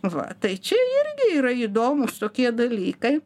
va tai čia irgi yra įdomūs tokie dalykai